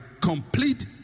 complete